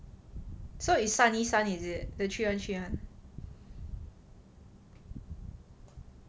so it's 三一三 is it the three one three one